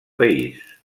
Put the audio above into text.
país